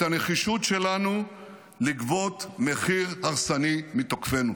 את הנחישות שלנו לגבות מחיר הרסני מתוקפינו.